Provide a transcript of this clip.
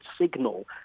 signal